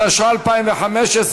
התשע"ה 2015,